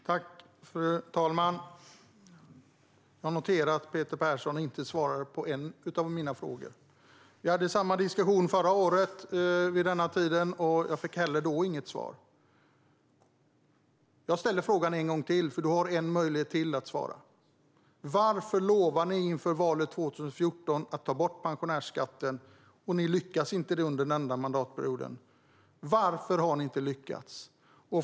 Fru talman! Jag noterar att Peter Persson inte svarar på någon av mina frågor. Vi hade samma diskussion förra året vid denna tid, och då fick jag inte heller något svar. Jag ställer frågan en gång till, för du har ytterligare en möjlighet att svara: Varför lovade ni inför valet 2014 att ta bort pensionärsskatten? Ni lyckades inte med det under denna mandatperiod. Varför har ni inte lyckats?